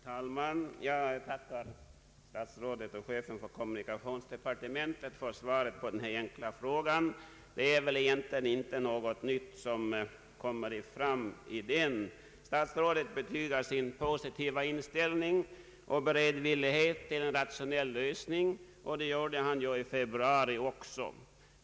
Herr talman! Jag tackar statsrådet och chefen för kommunikationsdepartementet för svaret på den enkla frå gan, Det är väl egentligen inte något nytt som kommer fram i detta. Statsrådet betygar sin positiva inställning och beredvillighet till en rationell lösning, och det gjorde han ju i februari också.